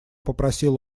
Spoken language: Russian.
попросил